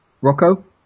Rocco